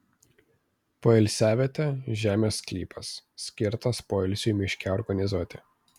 poilsiavietė žemės sklypas skirtas poilsiui miške organizuoti